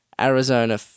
Arizona